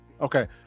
Okay